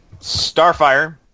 Starfire